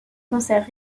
concerts